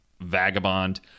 vagabond